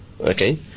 Okay